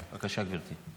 בבקשה, גברתי.